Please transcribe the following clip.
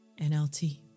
NLT